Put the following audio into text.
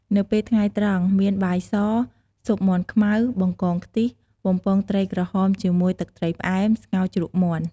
នៅពេលថ្ងៃត្រង់ មានបាយស ស៊ុបមាន់ខ្មៅ បង្កងខ្ទិះ បំពងត្រីក្រហមជាមួយទឹកត្រីផ្អែម ស្ងោរជ្រក់មាន់។